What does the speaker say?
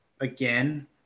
again